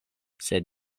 sed